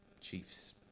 Chiefs